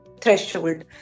threshold